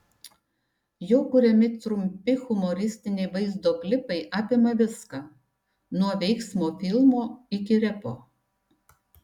jo kuriami trumpi humoristiniai vaizdo klipai apima viską nuo veiksmo filmo iki repo